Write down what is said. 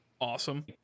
Awesome